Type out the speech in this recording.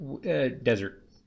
desert